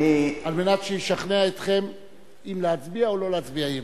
כדי שישכנע אתכם אם להצביע או לא להצביע אי-אמון.